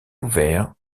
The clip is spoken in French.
ouvert